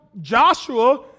Joshua